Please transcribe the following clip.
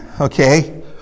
okay